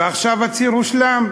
ועכשיו הציר הושלם: